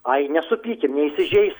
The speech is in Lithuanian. ai nesupykim neįsižeis